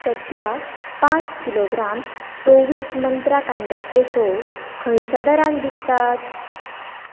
सध्या पांच किलोग्राम चोव्वीस मंत्रा कांद्याचे फोव खंयच्या दरान विकतात